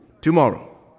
tomorrow